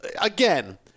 again